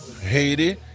Haiti